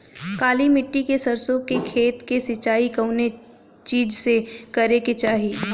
काली मिट्टी के सरसों के खेत क सिंचाई कवने चीज़से करेके चाही?